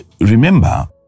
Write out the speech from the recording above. Remember